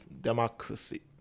democracy